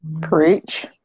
Preach